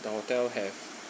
the hotel have